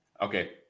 Okay